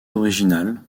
originales